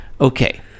Okay